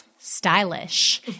stylish